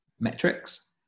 metrics